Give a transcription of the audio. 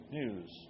news